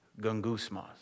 gungusmas